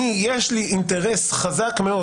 שאנחנו עם האינטנסיביות הזאת נחזיק עוד חצי שנה?